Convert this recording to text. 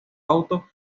auto